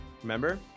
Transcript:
remember